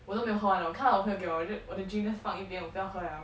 我都没喝完我看到我的朋友给我我的 drink just 放一边我不要喝 liao